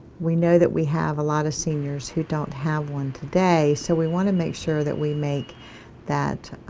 we know that we have a lot of seniors who don't have one today, so we want to make sure that we make that